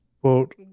Quote